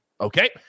Okay